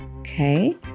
Okay